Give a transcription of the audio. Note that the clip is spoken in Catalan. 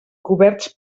coberts